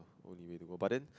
only way to go but then